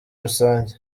rusange